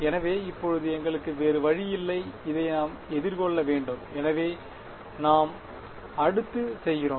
எனவே இப்போது எங்களுக்கு வேறு வழியில்லை இதை நாம் எதிர்கொள்ள வேண்டும் எனவே நாம் அடுத்து செய்கிறோம்